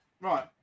Right